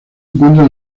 encuentra